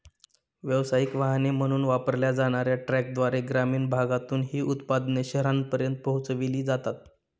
व्यावसायिक वाहने म्हणून वापरल्या जाणार्या ट्रकद्वारे ग्रामीण भागातून ही उत्पादने शहरांपर्यंत पोहोचविली जातात